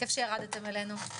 כיף שירדתם אלינו.